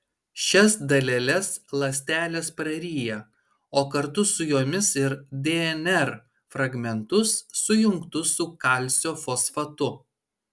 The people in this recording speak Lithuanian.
šias daleles ląstelės praryja o kartu su jomis ir dnr fragmentus sujungtus su kalcio fosfatu